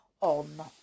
on